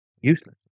useless